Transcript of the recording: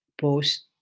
post